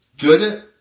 good